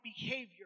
behavior